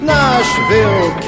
Nashville